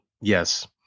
yes